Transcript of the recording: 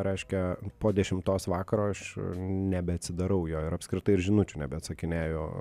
reiškia po dešimtos vakaro aš nebeatsidarau jo ir apskritai ir žinučių nebeatsakinėju